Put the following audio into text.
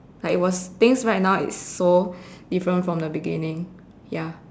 like it was things right now it's so different from the beginning ya